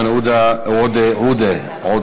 תודה, איימן עוּדָה, עוֹדֶה.